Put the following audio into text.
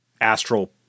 astral